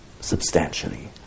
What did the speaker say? substantially